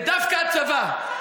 ודווקא הצבא,